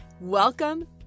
Welcome